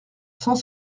cent